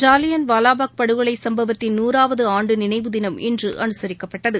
ஜாலியன் வாலாபாக் படுகொலைசம்பவத்தின் நூறாவதுஆண்டுநினைவுதினம் இன்று அனுசரிக்கப்பட்டது